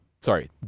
Sorry